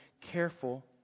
careful